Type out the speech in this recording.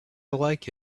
like